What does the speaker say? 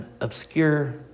obscure